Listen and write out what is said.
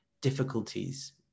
difficulties